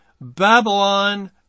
Babylon